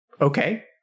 Okay